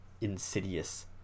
insidious